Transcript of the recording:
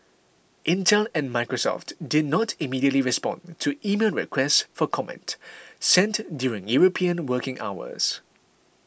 Intel and Microsoft did not immediately respond to emailed requests for comment sent during European working hours